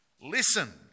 listen